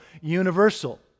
universal